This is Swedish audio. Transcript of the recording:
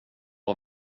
och